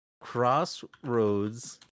Crossroads